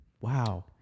Wow